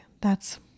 That's